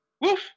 woof